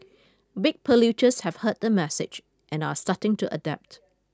big polluters have heard the message and are starting to adapt